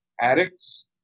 addicts